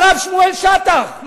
הרב שמואל שטח,